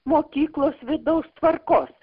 mokyklos vidaus tvarkos